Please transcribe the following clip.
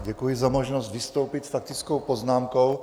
Děkuji za možnost vystoupit s faktickou poznámkou.